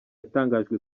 yatangajwe